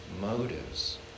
motives